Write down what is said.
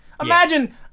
imagine